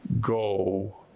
go